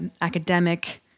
academic